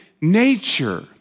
nature